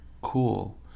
Cool